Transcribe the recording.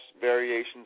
variations